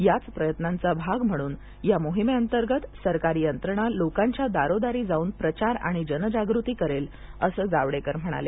याच प्रयत्नांचा भाग म्हणून या मोहिमेअंतर्गत सरकारी यंत्रणा लोकांच्या दारोदारी जाऊन प्रचार आणि जनजागृती करेल असं जावडेकर म्हणाले